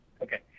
okay